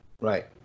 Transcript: Right